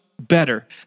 better